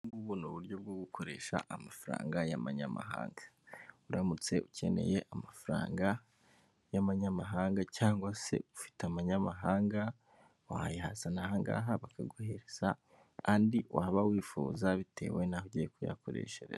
Ubu ni uburyo bwo gukoresha amafaranga y'amanyamahanga. Uramutse ukeneye amafaranga y'abanyamahanga cyangwa se ufite amanyamahanga, wayazana ahangaha bakaguhereza andi waba wifuza bitewe naho ugiye kuyakoreshareza.